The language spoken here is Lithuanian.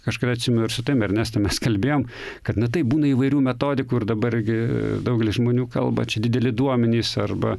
aš kada atsimenu ir su tavim ernesta mes kalbėjom kad na taip būna įvairių metodikų ir dabar gi daugelis žmonių kalba čia dideli duomenys arba